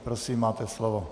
Prosím, máte slovo.